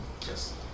Yes